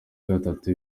gatatu